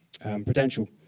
prudential